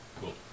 Cool